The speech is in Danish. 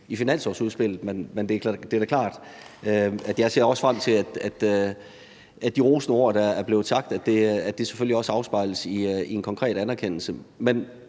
i finanslovsudspillet. Men det er da klart, at jeg ser frem til, at de rosende ord, der er blevet sagt, selvfølgelig også afspejles i en konkret anerkendelse.